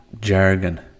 jargon